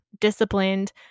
disciplined